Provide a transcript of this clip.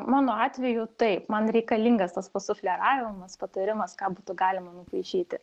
mano atveju taip man reikalingas tas sufleravimas patarimas ką būtų galima nupaišyti